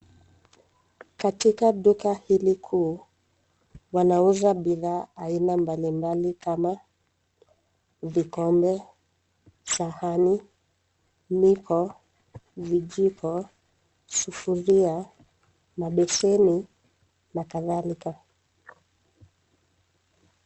Katika duka hili kuu, wanauza bidhaa aina mbali mbali, kama vikombea, sahani, miko, vijiko, sufuria, mabeseni, na kadhalika.